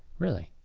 really?